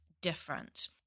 different